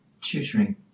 tutoring